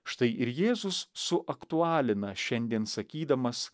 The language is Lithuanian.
štai ir jėzus suaktualina šiandien sakydamas